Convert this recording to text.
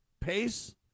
pace